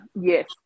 Yes